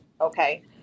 Okay